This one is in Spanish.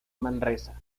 manresa